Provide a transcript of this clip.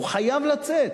הוא חייב לצאת.